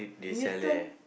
Newton